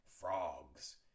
Frogs